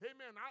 Amen